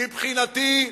מבחינתי,